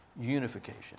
unification